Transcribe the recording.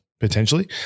potentially